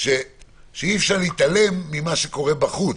שאי אפשר להתעלם ממה שקורה בחוץ,